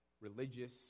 religious